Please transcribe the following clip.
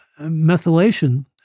methylation